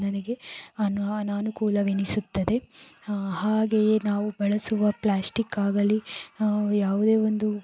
ನನಗೆ ಅನನುಕೂಲವೆನಿಸುತ್ತದೆ ಹಾಗೆಯೆ ನಾವು ಬಳಸುವ ಪ್ಲಾಸ್ಟಿಕ್ ಆಗಲಿ ಯಾವುದೇ ಒಂದು